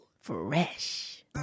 Fresh